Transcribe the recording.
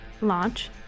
Launch